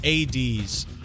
ADs